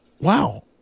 Wow